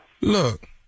Look